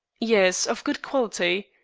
yes, of good quality.